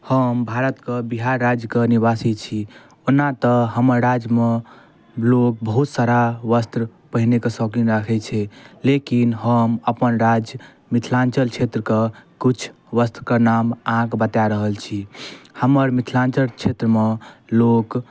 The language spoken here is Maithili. हम भारतके बिहार राज्यके निवासी छी ओना तऽ हमर राज्यमे लोक बहुत सारा वस्त्र पहिरैके शौकीन राखै छै लेकिन हम अपन राज्य मिथिलाञ्चल क्षेत्रके किछु वस्त्रके नाम अहाँके बता रहल छी हमर मिथिलाञ्चल क्षेत्रमे लोक